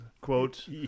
Quote